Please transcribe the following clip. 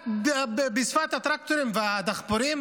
רק בשפת הטרקטורים והדחפורים?